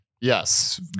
Yes